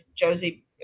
Josie